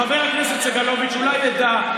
חבר הכנסת סגלוביץ' אולי ידע.